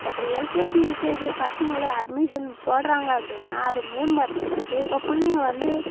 இப்போ LKG UKG பசங்களை admission போடுறாங்க அப்படின்னா அதை மேம்படுத்துறதுக்கு இப்போ புள்ளைங்க வந்து